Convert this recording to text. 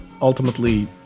ultimately